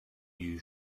you